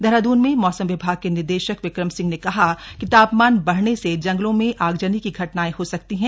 देहरादून में मौसम विभाग के निदेशक विक्रम सिंह ने कहा कि तापमान बढ़ने से जंगलों में आगजनी की घटनाएं हो सकती है